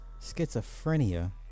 schizophrenia